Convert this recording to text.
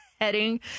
heading